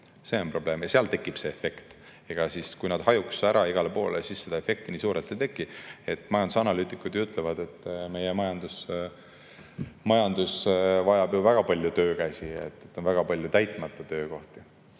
see on probleem ja seal tekib see efekt. Kui nad hajuks ära igale poole, siis seda efekti nii suurelt ei tekiks. Majandusanalüütikud ju ütlevad, et meie majandus vajab väga palju töökäsi, on väga palju täitmata töökohti.